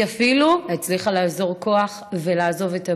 היא אפילו הצליחה לאזור כוח ולעזוב את הבית.